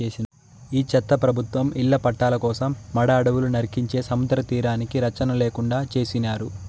ఈ చెత్త ప్రభుత్వం ఇళ్ల పట్టాల కోసం మడ అడవులు నరికించే సముద్రతీరానికి రచ్చన లేకుండా చేసినారు